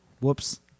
Whoops